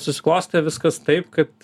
susiklostė viskas taip kad